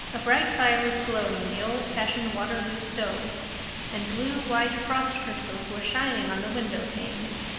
a bright fire was glowing in the old-fashioned waterloo stove and blue-white frost crystals were shining on the windowpanes.